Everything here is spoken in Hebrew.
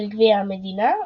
של גביע המדינה,